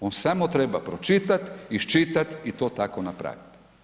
On samo treba pročitat, iščitat i to tako napraviti.